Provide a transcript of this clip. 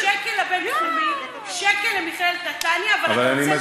שקל לבין-תחומי, שקל למכללת נתניה, אבל אני מסביר.